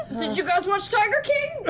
did you guys watch tiger king?